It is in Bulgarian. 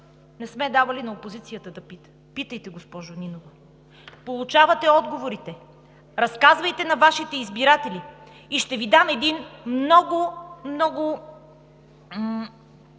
не сме давали на опозицията да пита. Питайте, госпожо Нинова. Получавате отговорите – разказвайте на Вашите избиратели. Ще Ви дам един много, много…